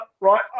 right